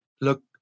look